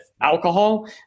alcohol